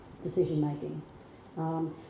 decision-making